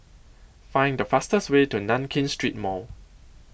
Find The fastest Way to Nankin Street Mall